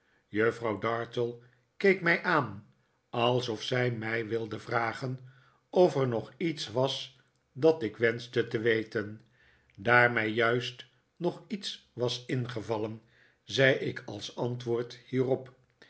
juffrouw dartle keek mij aan alsof zij mij wilde vragen of er nog iets was dat ik wenschte te weten daar mij juist nog iets was ingevallen zei ik als antwoord hierop